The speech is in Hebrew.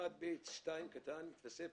מי בעד הסתייגות מספר 26 של הרשימה המשותפת?